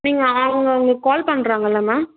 நீங்கள் அவங்க உங்களுக்கு கால் பண்ணுறாங்கள்ல மேம்